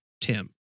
tim